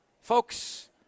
Folks